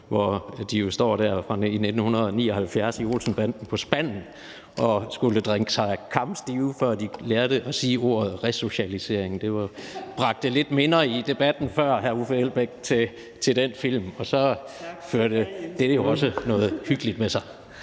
hvor de jo står der i »Olsen-banden på spanden« og skal drikke sig kampstive, før de lærer at sige ordet resocialisering. Det bragte lidt minder frem i debatten før, hr. Uffe Elbæk, til den film, og så førte det jo også noget hyggeligt med sig.